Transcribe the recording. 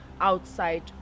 outside